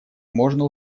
можно